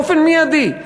באופן מיידי,